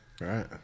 Right